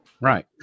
Right